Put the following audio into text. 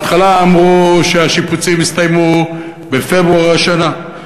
בהתחלה אמרו שהשיפוצים יסתיימו בפברואר השנה,